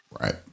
Right